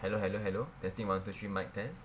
hello hello hello testing one two three mic test